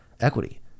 equity